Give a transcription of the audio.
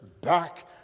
back